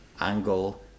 angle